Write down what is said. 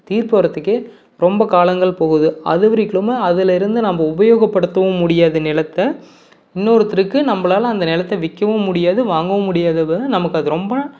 தீர்ப்பு வரதுக்கே ரொம்ப காலங்கள் போகுது அது வரைக்கிலும் அதிலிருந்து நம்ம உபயோகப்படுத்தவும் முடியாது நிலத்தை இன்னொருத்தருக்கு நம்மளால் அந்த நிலத்த விற்கவும் முடியாது வாங்கவும் முடியாது நமக்கு அது ரொம்ப